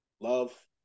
love